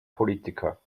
politiker